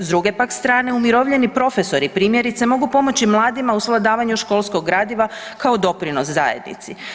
S druge pak strane, umirovljeni profesori primjerice mogu pomoći mladima u svladavanju školskog gradiva kao doprinos zajednici.